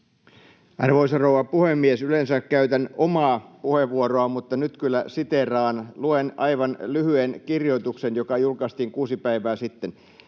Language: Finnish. Arvoisa rouva puhemies! Yleensä käytän omaa puheenvuoroa, mutta nyt kyllä siteeraan. Luen aivan lyhyen kirjoituksen, joka julkaistiin kuusi päivää sitten: